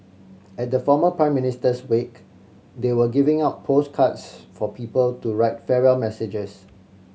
at the former Prime Minister's wake they were giving out postcards for people to write farewell messages